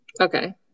Okay